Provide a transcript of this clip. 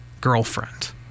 girlfriend